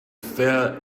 fair